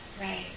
Right